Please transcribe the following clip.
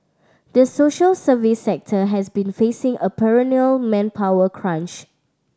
the social service sector has been facing a perennial manpower crunch